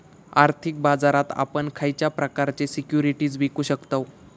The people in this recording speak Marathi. आर्थिक बाजारात आपण खयच्या प्रकारचे सिक्युरिटीज विकु शकतव?